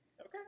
Okay